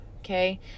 Okay